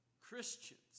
Christians